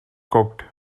cooked